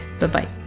Bye-bye